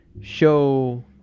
show